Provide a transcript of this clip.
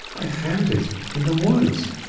i found it in the woods,